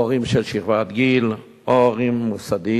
או הורים של שכבת גיל או מוסדית,